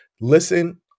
listen